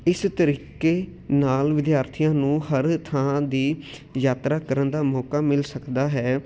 ਇਸ ਤਰੀਕੇ ਨਾਲ ਵਿਦਿਆਰਥੀਆਂ ਨੂੰ ਹਰ ਥਾਂ ਦੀ ਯਾਤਰਾ ਕਰਨ ਦਾ ਮੌਕਾ ਮਿਲ ਸਕਦਾ ਹੈ